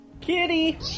Kitty